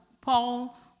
Paul